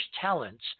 talents